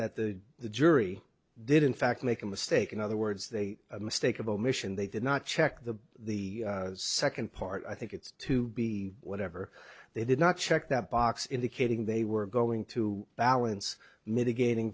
that the the jury did in fact make a mistake in other words they mistake of a mission they did not check the the second part i think it's to be whatever they did not check that box indicating they were going to balance mitigating